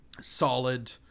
solid